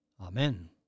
Amen